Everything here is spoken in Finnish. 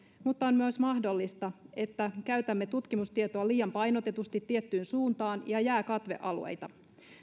mutta on myös mahdollista että käytämme tutkimustietoa liian painotetusti tiettyyn suuntaan ja jää katvealueita